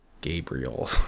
Gabriel